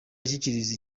ashyikiriza